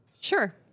Sure